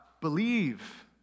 believe